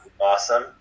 awesome